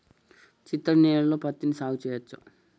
చిత్తడి నేలలో పత్తిని సాగు చేయచ్చా?